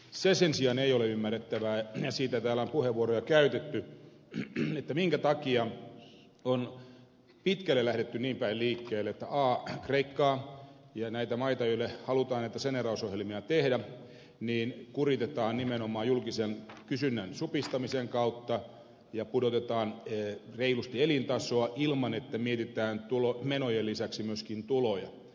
se sen sijaan ei ole ymmärrettävää ja siitä täällä on puheenvuoroja käytetty minkä takia on pitkälle lähdetty niin päin liikkeelle että kreikkaa ja näitä maita joille halutaan näitä saneerausohjelmia tehdä kuritetaan nimenomaan julkisen kysynnän supistamisen kautta ja pudotetaan reilusti elintasoa ilman että mietitään menojen lisäksi myöskin tuloja